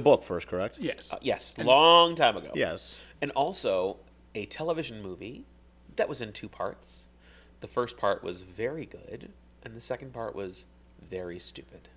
a book first correct yes yes the long time ago yes and also a television movie that was in two parts the first part was very good and the second part was there you stupid